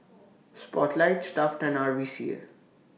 Spotlight Stuff'd and R V C A